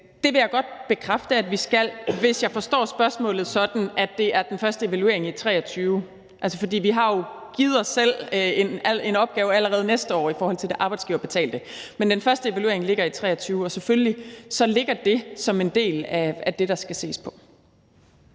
Det vil jeg godt bekræfte at vi skal, hvis jeg forstår spørgsmålet sådan, at det er den første evaluering i 2023. For vi har jo givet os selv en opgave allerede næste år i forhold til det arbejdsgiverbetalte, men den første evaluering ligger i 2023, og selvfølgelig ligger det som en del af det, der skal ses på.